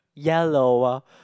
yellow ah